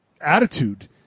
attitude